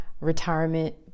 retirement